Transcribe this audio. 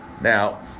now